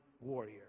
warrior